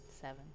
seven